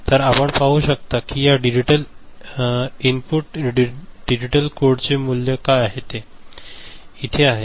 तर आपण पाहू शकता की या इनपुट डिजिटल कोडचे मूल्य काय आहे ते इथे आहे